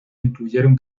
incluyeron